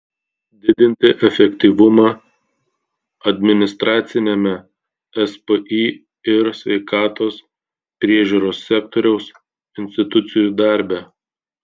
didinti efektyvumą administraciniame spį ir sveikatos priežiūros sektoriaus institucijų darbe